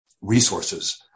resources